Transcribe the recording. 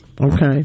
Okay